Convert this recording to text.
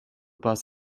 bus